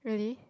really